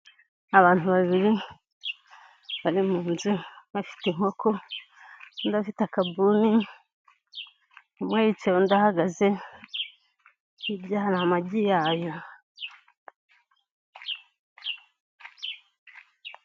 Abantu babiri bari mu nzu bafite inkoko n' undi afite akabuni, umwe yicaye undi ahagaze hirya hari amagi yayo.